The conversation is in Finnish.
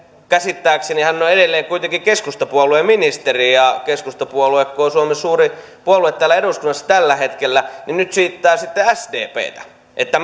käsittääkseni hän on edelleen kuitenkin keskustapuolueen ministeri ja keskustapuolue kun on suomen suurin puolue täällä eduskunnassa tällä hetkellä niin nyt syytetään sitten sdptä siitä että